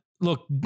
Look